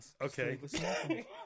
Okay